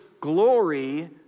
glory